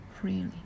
freely